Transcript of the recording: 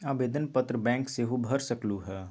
आवेदन पत्र बैंक सेहु भर सकलु ह?